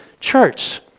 church